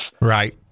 Right